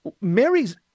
Mary's